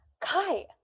Kai